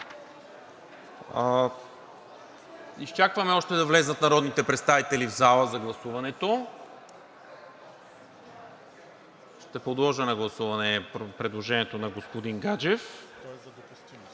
Изчакваме още да влязат народните представители в залата за гласуването. Ще подложа на гласуване предложението на господин Гаджев.